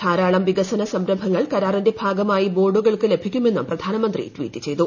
ധാരാളം വികസന സംരംഭങ്ങൾ കരാറിന്റെ ഭാഗമായി ബോഡോകൾക്ക് ലഭിക്കുമെന്നും പ്രധാനമന്ത്രി ട്വീറ്റ് ചെയ്തു